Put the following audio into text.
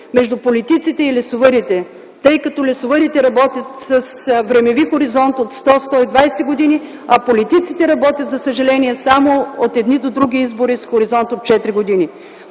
между политиците и лесовъдите, тъй като лесовъдите работят с времеви хоризонт от 100-120 години, а политиците работят, за съжаление, само от едни до други избори, с хоризонт от четири